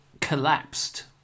collapsed